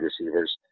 receivers